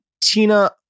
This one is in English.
Tina